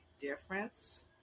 difference